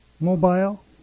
mobile